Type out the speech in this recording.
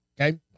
Okay